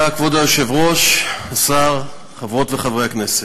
כבוד היושב-ראש, תודה, השר, חברות וחברי הכנסת,